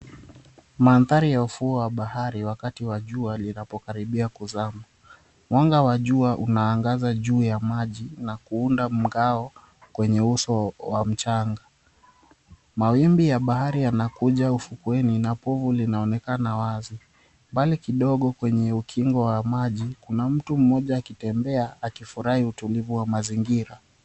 Maandhari ya ufuo wa bahari wakati wa jua linapokaribia kuzama. Mwanga wa jua unaangaza juu ya maji na kuunda mngao kwenye uso wa mchanga. Mawimbi ya bahari yanakuja ufukweni na povu linaonekana wazi, mbali kidogo kwenye ukingo wa maji kuna mtu mmoja akitembea akifurahi utulivu wa mazingira.